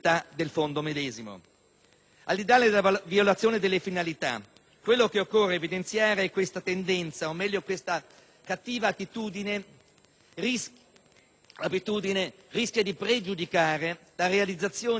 Al di là della violazione delle finalità, quello che occorre evidenziare è che questa tendenza, o meglio questa cattiva abitudine, rischia di pregiudicare la realizzazione degli interventi previsti